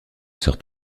sort